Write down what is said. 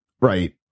Right